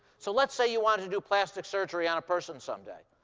so let's say you wanted to do plastic surgery on a person someday,